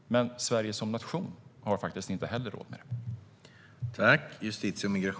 Och Sverige som nation har faktiskt inte heller råd med det.